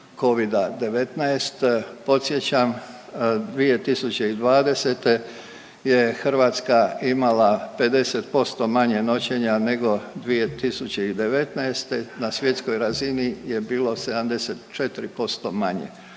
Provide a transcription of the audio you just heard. Covida-19. Podsjećam, 2020. je Hrvatska imala 50% manje noćenja nego 2019., na svjetskoj razini je bilo 74% manje.